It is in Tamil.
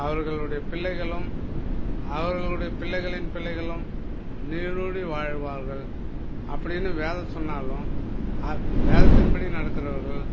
அவர்களுடைய பிள்ளைகளும் அவர்களுடைய பிள்ளைகளின் பிள்ளைகளும் நீழூடி வாழ்வார்கள் அப்படின்னு வேதம் சொன்னாலும் அ வேதத்தின்படி நடக்கிறவர்கள்